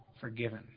forgiven